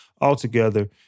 altogether